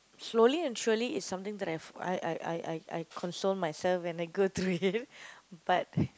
slowly and surely is something that I've I I I I I console myself when I go through it but